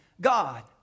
God